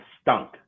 stunk